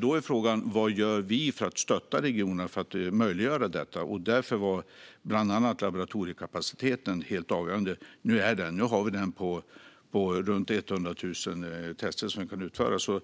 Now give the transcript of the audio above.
Då är frågan vad vi gör för att stötta regionerna och möjliggöra detta. Bland annat var laboratoriekapaciteten helt avgörande. Nu har vi kapacitet att utföra omkring 100 000 tester.